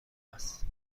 است